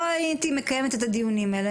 לא הייתי מקיימת את הדיונים האלה.